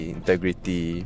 integrity